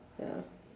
ya